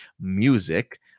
music